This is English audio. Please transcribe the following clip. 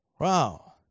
Wow